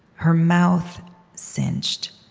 her mouth cinched,